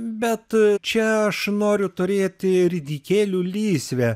bet čia aš noriu turėti ridikėlių lysvę